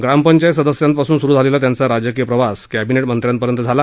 ग्रामपंचायत सदस्यापासून स्रु झालेला त्यांचा राजकीय प्रवास कॅबिने मंत्रीपदापर्यंत झाला